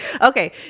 Okay